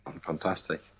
fantastic